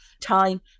time